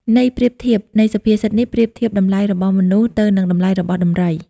ន័យប្រៀបធៀបនៃសុភាសិតនេះប្រៀបធៀបតម្លៃរបស់មនុស្សទៅនឹងតម្លៃរបស់ដំរី។